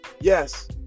yes